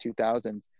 2000s